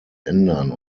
ändern